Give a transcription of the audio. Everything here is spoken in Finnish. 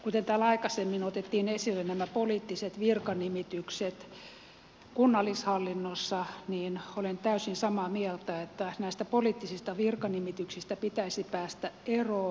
kuten täällä aikaisemmin otettiin esille nämä poliittiset virkanimitykset kunnallishallinnossa olen täysin samaa mieltä että näistä poliittisista virkanimityksistä pitäisi päästä eroon